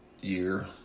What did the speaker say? year